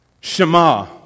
Shema